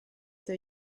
der